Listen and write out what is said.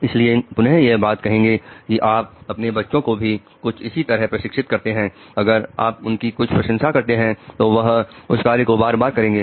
इसलिए पुनः यह बात कहेंगे कि आप अपने बच्चों को भी कुछ इसी तरह प्रशिक्षित करते हैं अगर आप उनकी कुछ प्रशंसा करते हैं तो वह उस कार्य को बार बार करेंगे